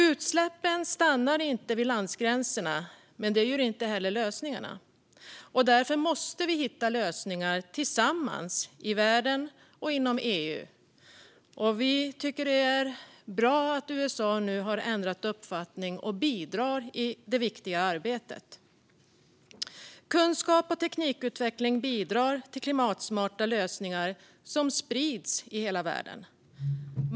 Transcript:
Utsläppen stannar inte vid landsgränser, men det gör inte heller lösningarna. Därför måste vi hitta lösningar tillsammans i världen och inom EU. Vi tycker att det är bra att USA nu har ändrat uppfattning och bidrar i detta viktiga arbete. Kunskap och teknikutveckling bidrar till klimatsmarta lösningar som sprids över hela världen.